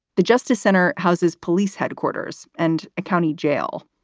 the justice center houses police headquarters and a county jail,